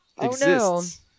exists